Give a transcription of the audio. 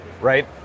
right